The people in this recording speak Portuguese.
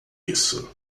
isso